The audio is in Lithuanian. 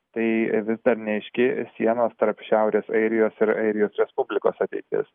tai vis dar neaiški sienos tarp šiaurės airijos ir airijos respublikos ateitis